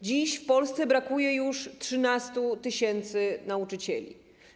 Dziś w Polsce brakuje już 13 tys. nauczycieli.